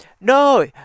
No